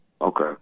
Okay